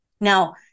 Now